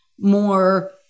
more